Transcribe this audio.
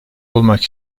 olmak